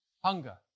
hunger